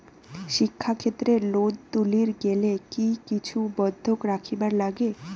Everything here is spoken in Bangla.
শিক্ষাক্ষেত্রে লোন তুলির গেলে কি কিছু বন্ধক রাখিবার লাগে?